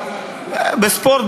בספורט,